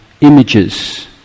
images